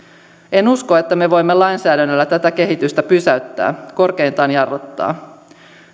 en usko että me voimme lainsäädännöllä tätä kehitystä pysäyttää korkeintaan jarruttaa